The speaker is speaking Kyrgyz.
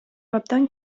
абдан